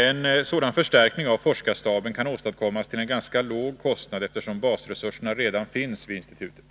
En sådan förstärkning av forskarstaben kan åstadkommas till en ganska låg kostnad, eftersom basresurserna redan finns vid institutet.